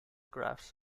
graphs